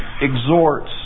exhorts